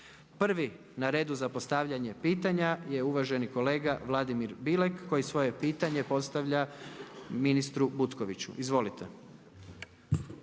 Prvi na redu za postavljanje pitanja je uvaženi kolega Vladimir Bilek koji svoje pitanje postavlja ministru Butkoviću. Izvolite.